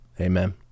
Amen